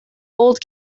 old